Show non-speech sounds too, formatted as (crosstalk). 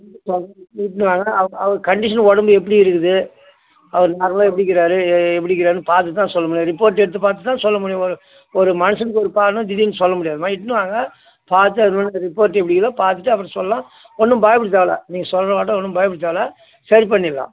இட்டுனு இட்டுன்டு அவர் அவர் கண்டிஷன் உடம்பு எப்படி இருக்குது அவர் நல்லா எப்படி இருக்கிறாரு எப்படி இருக்காருன்னு பார்த்துட்டு தான் சொல்ல முடியும் ரிப்போட்டு எடுத்து பார்த்து தான் சொல்ல முடியும் ஒரு மனுஷனுக்கு ஒரு (unintelligible) திடிர்னு சொல்ல முடியாதும்மா இட்டுன்னு வாங்க பார்த்து அதுக்கு பின்னாடி ரிப்போட்டு எப்படி இருக்குதோ பார்த்துட்டு அப்புறம் சொல்லலாம் ஒன்றும் பயப்பட வேண்டிய தேவை இல்லை நீங்கள் சொல்ல மட்டும் ஒன்றும் பயப்பட தேவை இல்லை சரி பண்ணிடலாம்